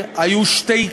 הישראלית,